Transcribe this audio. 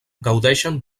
gaudeixen